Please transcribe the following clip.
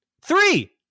Three